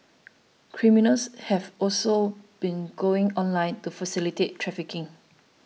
criminals have also been going online to facilitate trafficking